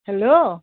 hello